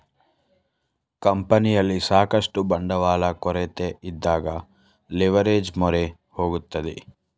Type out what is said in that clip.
ಕಂಪನಿಯಲ್ಲಿ ಸಾಕಷ್ಟು ಬಂಡವಾಳ ಕೊರತೆಯಿದ್ದಾಗ ಲಿವರ್ಏಜ್ ಮೊರೆ ಹೋಗುತ್ತದೆ